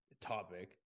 Topic